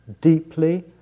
deeply